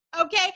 okay